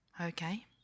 Okay